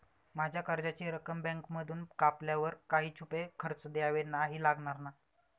माझ्या कर्जाची रक्कम बँकेमधून कापल्यावर काही छुपे खर्च द्यावे नाही लागणार ना?